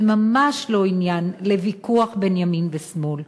זה ממש לא עניין לוויכוח בין ימין ושמאל.